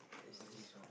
is this